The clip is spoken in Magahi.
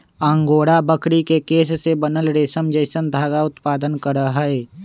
अंगोरा बकरी के केश से बनल रेशम जैसन धागा उत्पादन करहइ